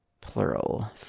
Plural